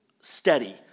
steady